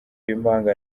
b’impanga